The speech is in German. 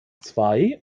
zwei